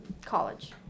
college